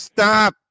Stop